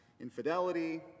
infidelity